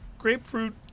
Grapefruit